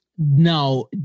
Now